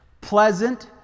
pleasant